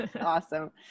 Awesome